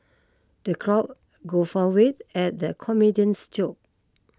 the crowd guffawed at the comedian's joke